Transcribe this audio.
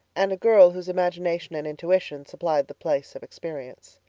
and a girl whose imagination and intuition supplied the place of experience.